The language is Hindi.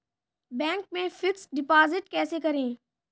बैंक में फिक्स डिपाजिट कैसे करें?